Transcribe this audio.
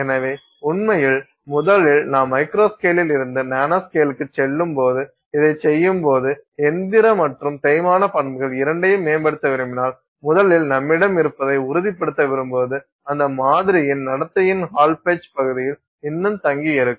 எனவே உண்மையில் முதலில் நாம் மைக்ரோ ஸ்கேலில் இருந்து நானோ ஸ்கேலுக்குச் செல்லும்போது இதைச் செய்யும்போது எந்திர மற்றும் தேய்மான பண்புகள் இரண்டையும் மேம்படுத்த விரும்பினால் முதலில் நம்மிடம் இருப்பதை உறுதிப்படுத்த விரும்புவது அந்த மாதிரியின் நடத்தையின் ஹால் பெட்ச் பகுதியில் இன்னும் தங்கி இருக்கும்